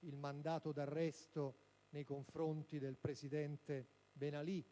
il mandato d'arresto nei confronti del presidente Ben Ali